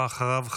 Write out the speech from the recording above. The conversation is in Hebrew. ואחריו,